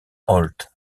holt